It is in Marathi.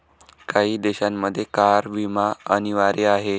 काही देशांमध्ये कार विमा अनिवार्य आहे